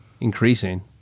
increasing